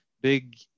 big